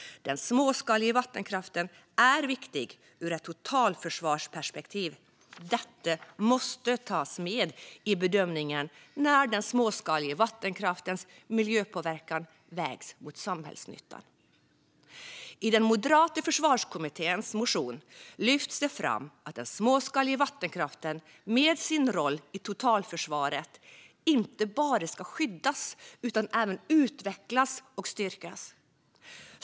Den småskaliga vattenkraften är viktig ur ett totalförsvarsperspektiv. Detta måste tas med i bedömningen när den småskaliga vattenkraftens miljöpåverkan vägs mot samhällsnyttan. I den moderata försvarskommitténs motion lyfts fram att den småskaliga vattenkraften med sin roll i totalförsvaret inte bara ska skyddas utan även utvecklas och styrkas.